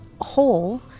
whole